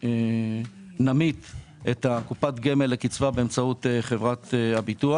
נמית את קופת הגמל לקצבה באמצעות חברת הביטוח.